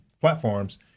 platforms